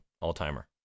All-timer